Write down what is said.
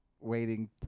waiting